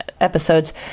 episodes